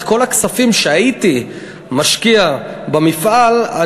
את כל הכספים שהייתי משקיע במפעל,